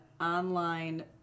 online